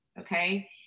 okay